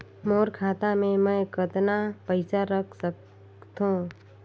मोर खाता मे मै कतना पइसा रख सख्तो?